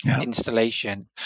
installation